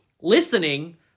listening